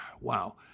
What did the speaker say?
Wow